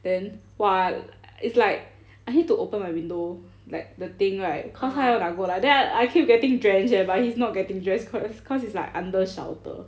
then !wah! l~ it's like I need to open my window like the thing right cause 他要拿过来 then I keep getting drenched but he's like not getting drenched cause it's like under shelter